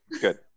good